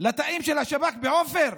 לתאים של השב"כ בעופר?